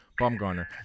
Bumgarner